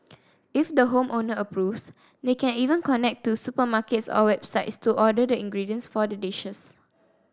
if the home owner approves they can even connect to supermarkets or websites to order the ingredients for the dishes